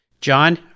john